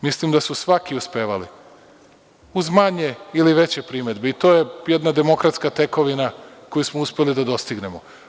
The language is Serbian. Mislim da su svaki uspevali uz manje ili veće primedbe i to je jedna demokratska tekovina koju smo uspeli da dostignemo.